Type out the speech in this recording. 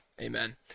Amen